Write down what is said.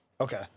Okay